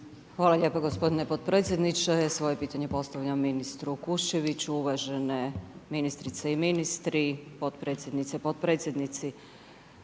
Hvala lijepo gospodine potpredsjedniče, svoje pitanje postavljam ministru Kuščeviću, uvažene ministrice i ministri, potpredsjednice i potpredsjednici.